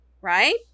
Right